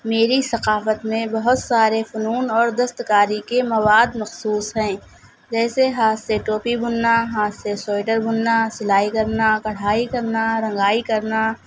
میری ثقافت میں بہت سارے فنون اور دست کاری کے مواد مخصوص ہیں جیسے ہاتھ سے ٹوپی بننا ہاتھ سے سوئٹر بننا سلائی کرنا کڑھائی کرنا رنگائی کرنا